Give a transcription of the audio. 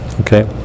okay